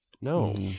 no